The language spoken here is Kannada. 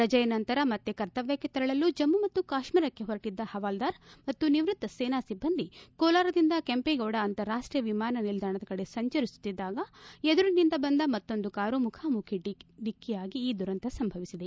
ರಜೆಯ ನಂತರ ಮತ್ತೆ ಕರ್ತವ್ಯಕ್ಕೆ ತೆರಳಲು ಜಮ್ಮ ಮತ್ತು ಕಾಶ್ಮೀರಕ್ಕೆ ಹೊರಟಿದ್ದ ಪವಾಲ್ವಾರ್ ಮತ್ತು ನಿವ್ಯಕ್ತ ಸೇನಾ ಸಿಬ್ಬಂದಿ ಕೋಲಾರದಿಂದ ಕೆಂಪೇಗೌಡ ಅಂತಾರಾಷ್ಟೀಯ ವಿಮಾನ ನಿಲ್ದಾಣದ ಕಡೆ ಸಂಚರಿಸುತ್ತಿದ್ದಾಗ ಎದುರಿನಿಂದ ಬಂದ ಮತ್ತೊಂದು ಕಾರು ಮುಖಾಮುಖಿ ಡಿಕ್ಕಿಯಾಗಿ ಈ ದುರಂತ ಸಂಭವಿಸಿದೆ